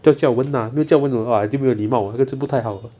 就叫我 wen 啊没有叫 wen 的话没有礼貌我这个不太好